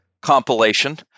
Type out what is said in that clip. compilation